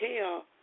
tell